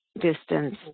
distance